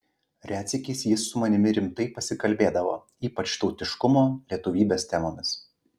retsykiais jis su manimi rimtai pasikalbėdavo ypač tautiškumo lietuvybės temomis